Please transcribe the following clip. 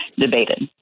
debated